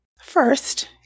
First